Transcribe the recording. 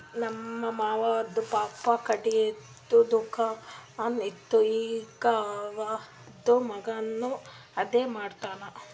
ನಮ್ ಮಾಮಾದು ಪಪ್ಪಾ ಖಟ್ಗಿದು ದುಕಾನ್ ಇತ್ತು ಈಗ್ ಅವಂದ್ ಮಗಾನು ಅದೇ ಮಾಡ್ತಾನ್